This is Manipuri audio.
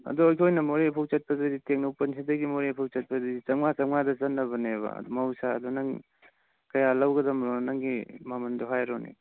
ꯑꯗꯣ ꯑꯩꯈꯣꯏꯅ ꯃꯣꯔꯦ ꯐꯥꯎ ꯆꯠꯄꯗꯗꯤ ꯇꯦꯡꯅꯧꯄꯜꯈꯇꯒꯤ ꯃꯣꯔꯦ ꯐꯥꯎ ꯆꯠꯄꯗꯗꯤ ꯆꯃꯉꯥ ꯆꯃꯉꯥꯗ ꯆꯠꯅꯕꯅꯦꯕ ꯑꯗꯣ ꯃꯍꯧꯁꯥ ꯑꯗꯣ ꯅꯪ ꯀꯌꯥ ꯂꯧꯒꯗꯕꯅꯣ ꯅꯪꯒꯤ ꯃꯃꯟꯗꯣ ꯍꯥꯏꯔꯣꯅꯦ